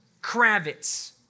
Kravitz